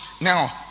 now